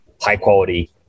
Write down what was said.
high-quality